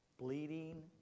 bleeding